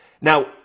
Now